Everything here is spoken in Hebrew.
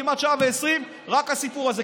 כמעט שעה ועשרים רק הסיפור הזה.